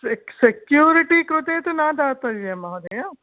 sake security कृते तु न दातव्यम् महोदय